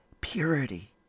purity